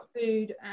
food